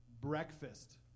breakfast